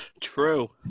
True